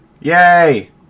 Yay